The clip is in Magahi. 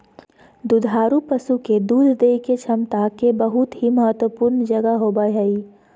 दुधारू पशु के दूध देय के क्षमता के बहुत ही महत्वपूर्ण जगह होबय हइ